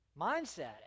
mindset